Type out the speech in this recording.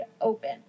open